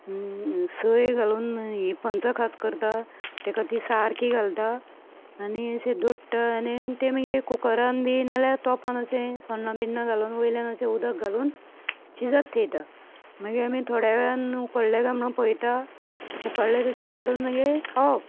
सय घालून पंचखाद्य करता तेका ती सारकी घालता आनी अशें दोडटा आनी तें मागीर कुकरान बी नाल्यार तोंपान अशें सोण्णां बिण्णां घालून वयल्यान अशें उदक घालून शिजत थेयता मागीर आमी थोड्या वेळान उकडले कांय म्हणोन पयता उकडले तशे काडून मागीर खावप